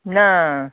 ना